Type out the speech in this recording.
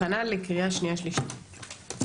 הכנה לקריאה שנייה ושלישית.